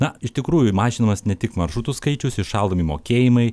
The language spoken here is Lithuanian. na iš tikrųjų mažinamas ne tik maršrutų skaičius įšaldomi mokėjimai